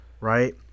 right